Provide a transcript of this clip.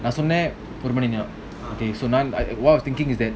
நான்சொன்னேன்ஒருமணிநேரம்:nan sonnen oru mani neram okay so now what I was thinking is that